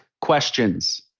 questions